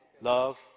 Love